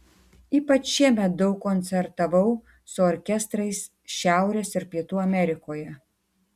ypač šiemet daug koncertavau su orkestrais šiaurės ir pietų amerikoje